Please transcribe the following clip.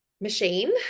machine